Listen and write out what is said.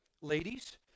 ladies